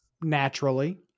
Naturally